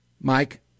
Mike